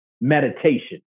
meditation